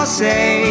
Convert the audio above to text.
say